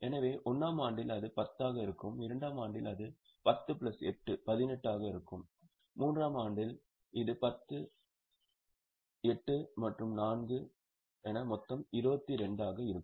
எனவே 1 ஆம் ஆண்டில் அது 10 ஆக இருக்கும் 2 ஆம் ஆண்டில் இது 10 பிளஸ் 8 18 ஆக இருக்கும் 3 ஆம் ஆண்டில் இது 10 8 மற்றும் 4 ஆக மொத்தம் 22 ஆக இருக்கும்